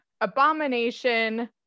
Abomination